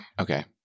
Okay